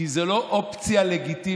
כי זו לא אופציה לגיטימית.